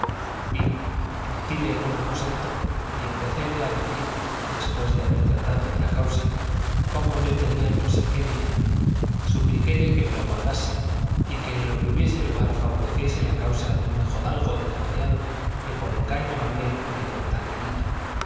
vino metíle en un aposento y empecéle a decir después de haber tratado de la causa cómo yo tenía no sé que dinero supliquéle que me lo guardase y que en lo que hubiese lugar favoreciese la causa de un hijodalgo desgraciado que por engaño había incurrido en tal delito